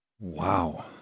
Wow